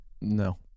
No